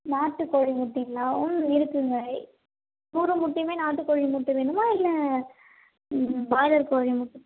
நாட்டு கோழி முட்டைங்களா ம் இருக்குதுங்க நூறு முட்டையும் நாட்டு கோழி முட்டை வேணுமா இல்லை பாய்லர் கோழி முட்டை